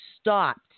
stopped